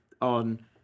On